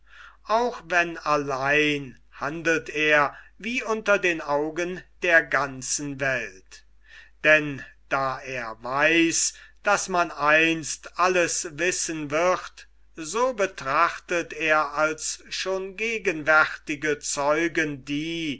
auch wann allein handelt er wie unter den augen der ganzen welt denn da er weiß daß man einst alles wissen wird so betrachtet er als schon gegenwärtige zeugen die